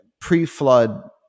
pre-flood